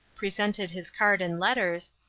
presented his card and letters,